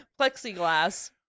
plexiglass